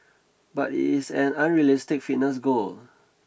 but it is an unrealistic fitness goal